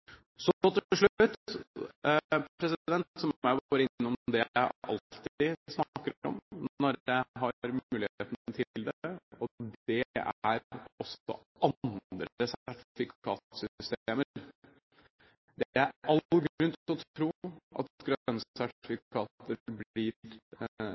Så til slutt må jeg bare innom det jeg alltid snakker om når jeg har muligheten til det, og det er også andre sertifikatsystemer. Det er all grunn til å tro at